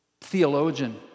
theologian